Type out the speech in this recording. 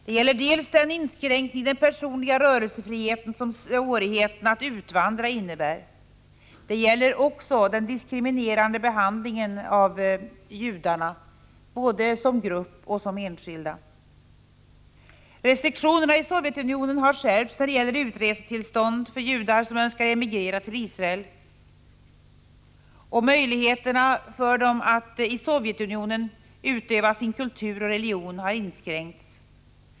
Det gäller den inskränkning i den personliga rörelsefriheten som svårigheten att utvandra innebär. Det gäller också den diskriminerande behandlingen av judarna både som grupp och som enskilda. Restriktionerna i Sovjetunionen har skärpts när det gäller uteresetillstånd för judar som önskar emigrera till Israel, och möjligheterna för dem att i Sovjetunionen utöva sin kultur och religion har inskränkts.